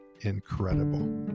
Incredible